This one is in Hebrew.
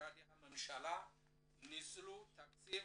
ממשרדי הממשלה ניצלו את תקציב